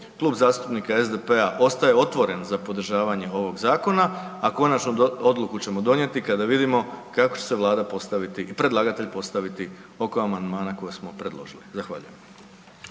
Klub zastupnika SDP-a ostaje otvoren za podržavanje ovog zakona, a konačnu odluku ćemo donijeti kada vidimo kako će se vlada postaviti i predlagatelj postaviti oko amandmana koje smo predložili. Zahvaljujem.